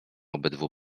obydwu